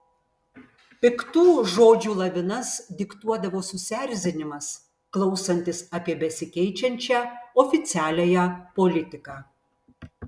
piktų žodžių lavinas diktuodavo susierzinimas klausantis apie besikeičiančią oficialiąją politiką